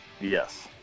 Yes